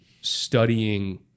studying